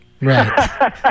Right